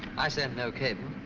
i sent no cable.